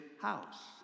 house